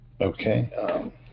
Okay